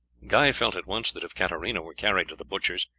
guy felt at once that if katarina were carried to the butchers,